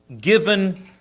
given